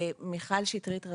מיכל שטרית,